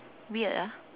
weird ah